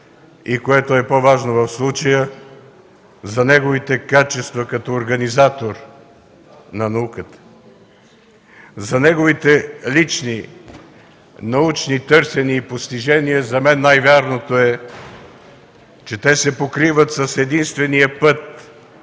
и което е по-важно в случая – за неговите качества, като организатор на науката. За неговите лични научни търсения и постижения за мен най-вярното е, че те се покриват с единствения път